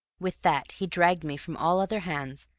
with that he dragged me from all other hands,